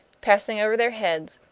passing over their heads,